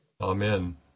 Amen